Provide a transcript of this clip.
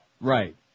Right